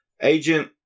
Agent